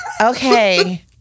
Okay